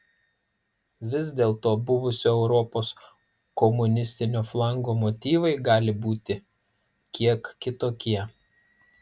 vis dėlto buvusio europos komunistinio flango motyvai gali būti kiek kitokie